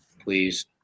please